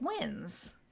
wins